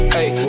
Hey